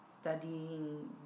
studying